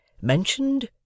mentioned